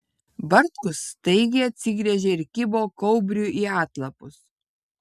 bartkus staigiai atsigręžė ir kibo kaubriui į atlapus